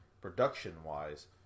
production-wise